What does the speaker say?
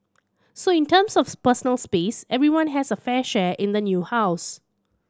so in terms of personal space everyone has a fair share in the new house